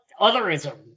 otherism